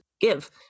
give